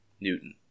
Newton